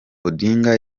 odinga